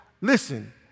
Listen